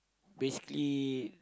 basically